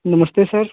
नमस्ते सर